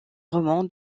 roman